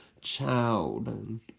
child